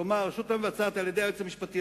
כלומר הרשות המבצעת על-ידי היועץ המשפטי